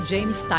James